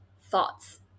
thoughts